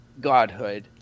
godhood